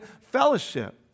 fellowship